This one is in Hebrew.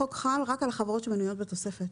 החוק חל רק על החברות שמנויות בתוספת.